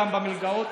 גם במלגות.